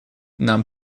нам